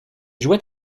jouait